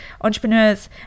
Entrepreneurs